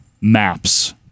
Maps